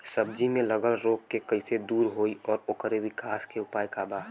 सब्जी में लगल रोग के कइसे दूर होयी और ओकरे विकास के उपाय का बा?